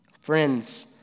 Friends